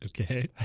Okay